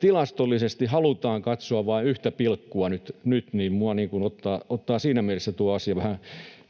tilastollisesti vain yhtä pilkkua nyt, ja minua ottaa siinä mielessä tuo asia vähän